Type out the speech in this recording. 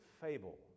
fable